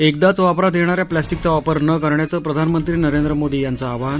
एकदाच वापरात येणाऱ्या प्लास्टीकचा वापर न करण्याचं प्रधानमंत्री नरेंद्र मोदी यांचं आवाहन